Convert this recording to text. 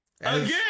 Again